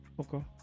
okay